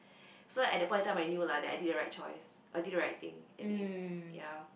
so at the point in time I knew lah that I did the right choice I did the right thing at least ya